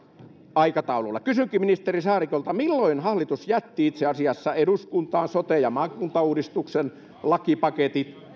aikataululla kysynkin ministeri saarikolta milloin hallitus itse asiassa jätti eduskuntaan sote ja maakuntauudistuksen lakipaketit